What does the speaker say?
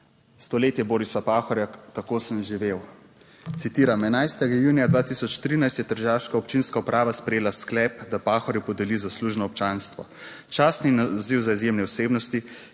Stoletje Borisa Pahorja: Tako sem živel, citiram: "11. Junija 2013 je tržaška občinska uprava sprejela sklep, da Pahorju podeli zaslužno občanstvo; častni naziv za izjemne osebnosti,